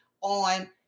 on